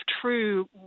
true